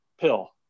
pill